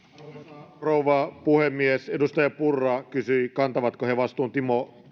arvoisa rouva puhemies edustaja purra kysyi kantavatko he vastuun timo